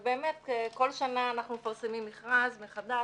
באמת, כל שנה אנחנו מפרסמים מכרז מחדש.